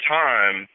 time